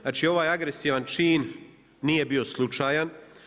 Znači ovaj agresivan čin nije bio slučajan.